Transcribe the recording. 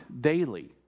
daily